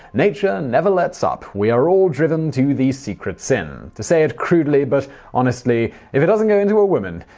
nature never lets up, we are all driven to the secret sin. to say it crudely but honestly, if it doesn't go into a woman,